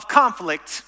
conflict